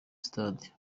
stade